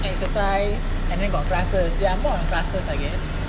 exercise and then got classes they are more on classes I guess